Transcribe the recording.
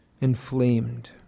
inflamed